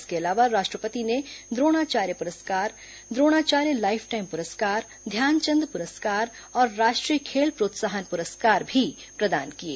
इसके अलावा राष्ट्रपति ने द्रोणाचार्य पुरस्कार द्रोणाचार्य लाइफटाइम पुरस्कार ध्यानचंद पुरस्कार और राष्ट्रीय खेल प्रोत्साहन पुरस्कार भी प्रदान किए